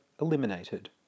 eliminated